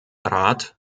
rat